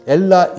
Ella